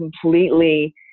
completely